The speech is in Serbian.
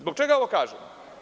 Zbog čega ovo kažem?